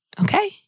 Okay